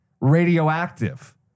Radioactive